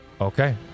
Okay